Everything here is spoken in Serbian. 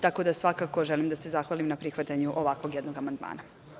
Tako da svakako želim da se zahvalim na prihvatanju ovakvog jednog amandmana.